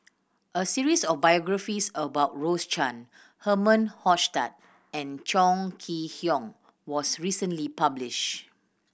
a series of biographies about Rose Chan Herman Hochstadt and Chong Kee Hiong was recently publish